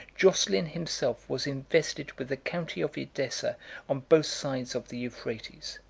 joscelin himself was invested with the county of edessa on both sides of the euphrates.